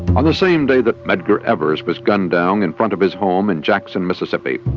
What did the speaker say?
on the same day that medgar evers was gunned down in front of his home in jackson. mississippi,